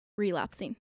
relapsing